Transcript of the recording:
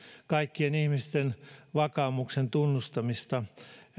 kaikkien ihmisten vakaumuksen tunnustamista